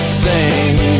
sing